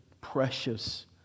precious